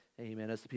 amen